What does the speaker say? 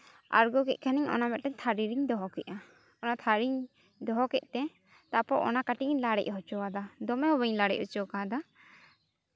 ᱟᱬᱜᱚ ᱠᱮᱫ ᱠᱷᱟᱱᱤᱧ ᱚᱱᱟ ᱢᱤᱫᱴᱟᱱ ᱛᱷᱟᱹᱨᱤ ᱨᱤᱧ ᱫᱚᱦᱚ ᱠᱮᱫᱟ ᱚᱱᱟ ᱛᱷᱟᱨᱤᱧ ᱫᱚᱦᱚ ᱠᱮᱫ ᱛᱮ ᱛᱟᱨᱯᱚᱨ ᱚᱱᱟ ᱠᱟᱹᱴᱤᱡ ᱤᱧ ᱞᱟᱲᱮᱡ ᱦᱚᱪᱚ ᱟᱫᱟ ᱫᱚᱢᱮ ᱦᱚᱸ ᱵᱟᱹᱧ ᱞᱟᱲᱮᱡ ᱦᱚᱪᱚ ᱠᱟᱣᱫᱟ